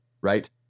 right